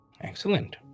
excellent